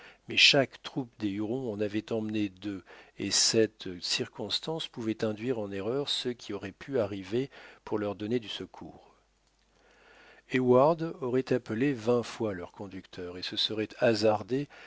mais chaque troupe des hurons en avait emmené deux et cette circonstance pouvait induire en erreur ceux qui auraient pu arriver pour leur donner du secours heyward aurait appelé vingt fois leur conducteur et se serait hasardé